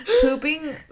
pooping